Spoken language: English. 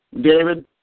David